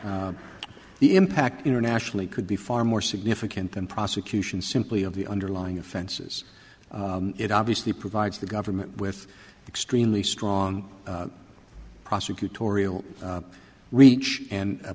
the impact internationally could be far more significant than prosecution simply of the underlying offenses it obviously provides the government with extremely strong prosecutorial reach and